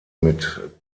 mit